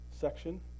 section